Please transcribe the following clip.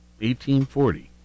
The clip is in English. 1840